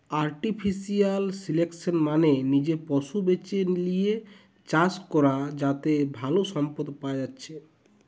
artificial selection মানে নিজে পশু বেছে লিয়ে চাষ করা যাতে ভালো সম্পদ পায়া যাচ্ছে